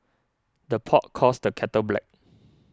the pot calls the kettle black